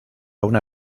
una